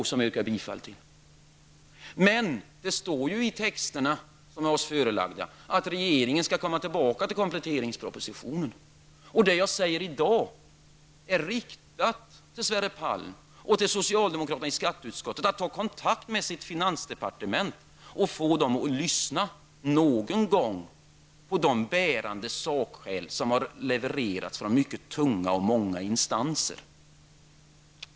Jag yrkar alltså bifall till denna reservation. Det står alltså i de texter som är oss förelagda att regeringen skall komma tillbaka i kompletteringspropositionen. Det jag säger i dag är riktat till Sverre Palm och till socialdemokraterna i skatteutskottet. Jag ber dem att ta kontakt med sitt finansdepartement och få sina partikamrater där att någon gång lyssna på de bärande sakskäl som har levererats från många mycket tunga instanser.